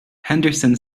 henderson